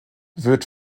wird